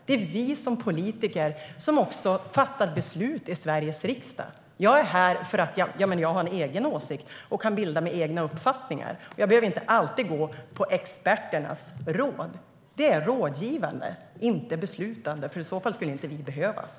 Det är vi som politiker som fattar beslut i Sveriges riksdag. Jag är här för att jag har en egen åsikt och kan bilda mig egna uppfattningar. Jag behöver inte alltid följa experternas råd. De är rådgivande och inte beslutande. I annat fall skulle inte vi behövas.